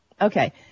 Okay